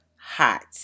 hot